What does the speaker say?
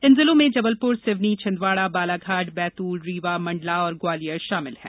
इन जिलों में जबलपुर सिवनी छिंदवाड़ा बालाघाट बैतूल रीवा मंडला और ग्वालियर शामिल हैं